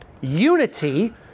unity